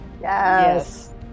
Yes